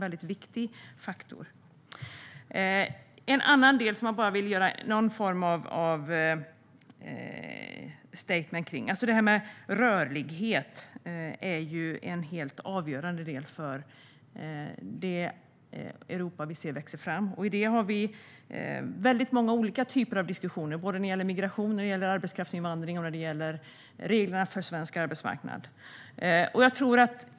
Jag vill även göra någon form av statement i frågan om rörlighet. Denna fråga är en helt avgörande del för det Europa som vi ser växa fram. Här ingår många olika typer av diskussioner, gällande såväl migration och arbetskraftsinvandring som reglerna för svensk arbetsmarknad.